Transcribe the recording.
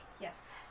yes